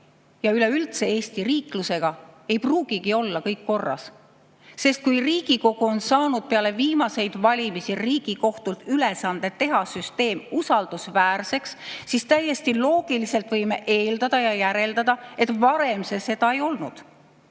Eesti riiklusega ei pruugigi olla kõik korras, sest kui Riigikogu on saanud peale viimaseid valimisi Riigikohtult ülesande teha süsteem usaldusväärseks, siis täiesti loogiliselt võime eeldada ja järeldada, et varem see seda ei olnud.